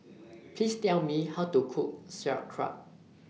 Please Tell Me How to Cook Sauerkraut